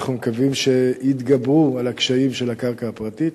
אנחנו מקווים שיתגברו על הקשיים של הקרקע הפרטית.